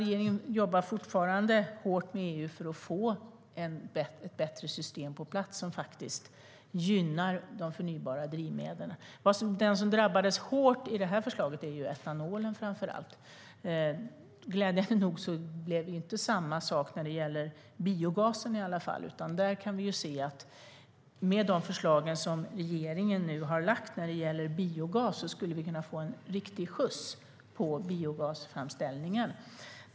Regeringen jobbar fortfarande med EU för att få ett bättre system på plats som faktiskt gynnar de förnybara drivmedlen. Det som drabbades hårt i det här förslaget är framför allt etanolen. Glädjande nog blev det inte samma sak när det gäller biogasen. Med de förslag som regeringen nu har lagt fram när det gäller biogas skulle vi kunna få riktig skjuts på biogasframställningen.